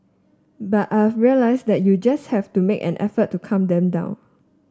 but I've realise that you just have to make an effort to calm them down